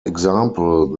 example